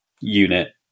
unit